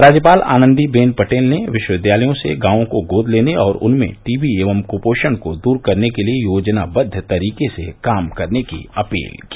राज्यपाल आनन्दी बेन पटेल ने विश्वविद्यालयों से गांवों को गोद लेने और उनमें टीबी एवं कुपोषण को दूर करने के लिये योजनाबद्द तरीके से काम करने की अपील की